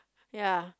ya